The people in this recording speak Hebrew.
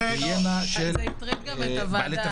זה הטריד גם את הוועדה.